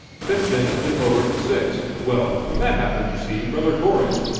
since then it's b'en lowered to six. well, when that happened, you see, brother gorringe,